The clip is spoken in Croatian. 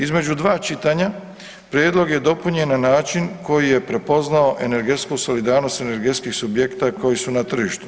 Između 2 čitanja prijedlog je dopunjen na način koji je prepoznao energetsku solidarnost energetskih subjekta koji su na tržištu.